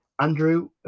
Andrew